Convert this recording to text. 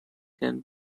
can